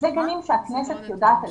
אלה גנים שהכנסת יודעת עליהם.